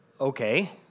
okay